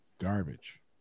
garbage